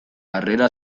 harrera